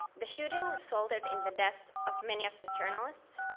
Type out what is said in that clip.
the shooting resulted in the death of many of the journalists,